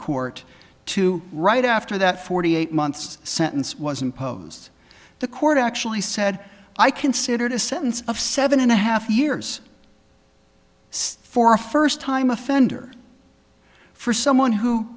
court to right after that forty eight months sentence was imposed the court actually said i considered a sentence of seven and a half years for a first time offender for someone who